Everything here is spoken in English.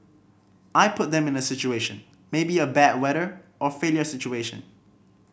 I put them in a situation maybe a bad weather or failure situation